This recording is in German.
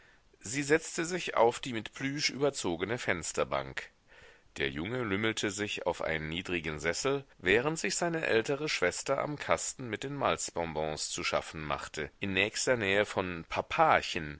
sie setzte sich auf die mit plüsch überzogene fensterbank der junge lümmelte sich auf einen niedrigen sessel während sich seine ältere schwester am kasten mit den malzbonbons zu schaffen machte in nächster nähe von